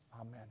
Amen